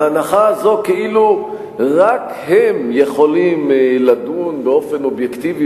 ההנחה הזו כאילו רק הם יכולים לדון באופן אובייקטיבי